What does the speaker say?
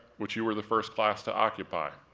which you were the first class to occupy,